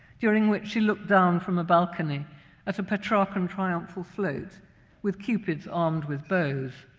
during which she looked down from a balcony at a petrarchan triumphal float with cupids armed with bows.